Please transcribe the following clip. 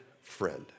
friend